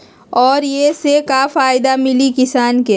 और ये से का फायदा मिली किसान के?